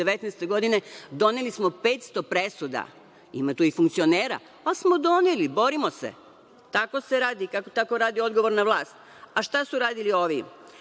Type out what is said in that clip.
2019. godine doneli smo 500 presuda, ima tu i funkcionera, ali smo doneli, borimo se. Tako se radi, tako radi odgovorna vlast.A šta su radili ovi?